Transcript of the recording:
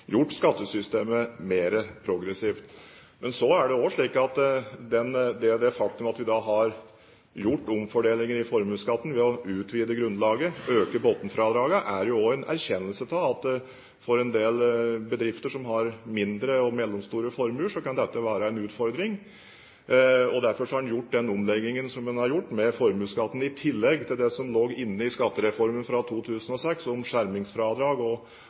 gjort skattesystemet mer progressivt. Men det faktum at vi har gjort omfordelinger i formuesskatten ved å utvide grunnlaget, øke bunnfradragene, er jo også en erkjennelse av at dette for en del bedrifter som har mindre og mellomstore formuer, kan være en utfordring. Derfor har en gjort den omleggingen som en har gjort med formuesskatten. I tillegg til det som lå inne i skattereformen fra 2006, som skjermingsfradrag